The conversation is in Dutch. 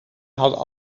hadden